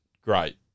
great